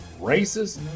racist